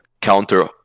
counter